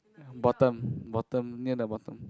bottom bottom near the bottom